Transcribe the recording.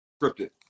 scripted